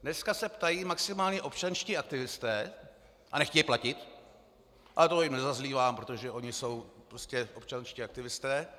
Dneska se ptají maximálně občanští aktivisté a nechtějí platit, ale to jim nezazlívám, protože oni jsou prostě občanští aktivisté.